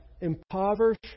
impoverish